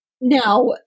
Now